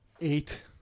Eight